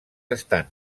estan